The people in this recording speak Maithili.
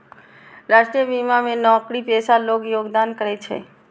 राष्ट्रीय बीमा मे नौकरीपेशा लोग योगदान करै छै